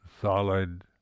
solid